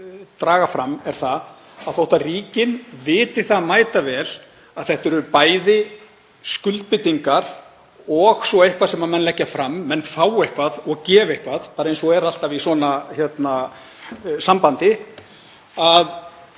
draga fram er að þótt ríkin viti mætavel að um er að ræða bæði skuldbindingar og svo eitthvað sem menn leggja fram, menn fái eitthvað og gefi eitthvað, eins og er alltaf í svona sambandi —